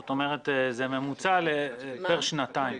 זאת אומרת, זה ממוצע פר שנתיים.